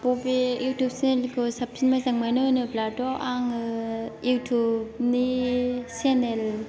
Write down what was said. बबे इउथुब चेनेलखौ साबसिन मोजां मोनो होनोब्लाथ' आङो इउथुबनि चेनेल